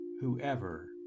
Whoever